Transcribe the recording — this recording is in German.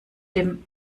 dem